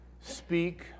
speak